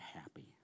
happy